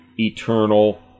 eternal